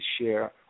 share